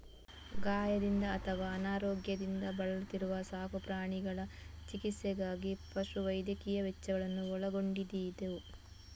ಗಾಯದಿಂದ ಅಥವಾ ಅನಾರೋಗ್ಯದಿಂದ ಬಳಲುತ್ತಿರುವ ಸಾಕು ಪ್ರಾಣಿಗಳ ಚಿಕಿತ್ಸೆಗಾಗಿ ಪಶು ವೈದ್ಯಕೀಯ ವೆಚ್ಚಗಳನ್ನ ಒಳಗೊಂಡಿದೆಯಿದು